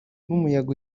n’umuyaga